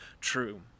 true